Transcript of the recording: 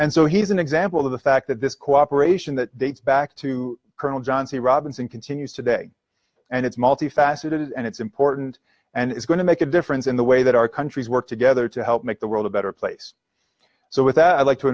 and so he's an example of the fact that this cooperation that dates back to colonel john c robinson continues today and it's multifaceted and it's important and it's going to make a difference in the way that our countries work together to help make the world a better place so with that i'd like to